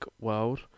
world